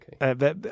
okay